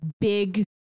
big